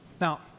Now